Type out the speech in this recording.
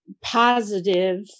positive